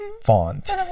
font